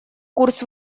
курс